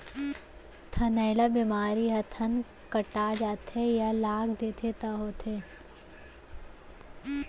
थनैला बेमारी ह थन कटा जाथे या लाग देथे तौ होथे